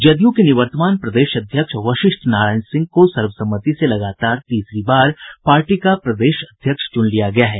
जदयू के निवर्तमान प्रदेश अध्यक्ष वशिष्ठ नारायण सिंह को सर्वसम्मति से लगातार तीसरी बार पार्टी का प्रदेश अध्यक्ष चुन लिया गया है